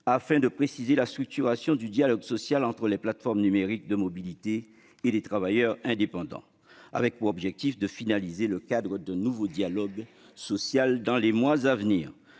afin de préciser la structuration du dialogue social entre les plateformes numériques de mobilité et les travailleurs indépendants, avec pour objectif de finaliser le cadre d'un nouveau dialogue social dans les mois à venir.